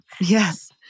Yes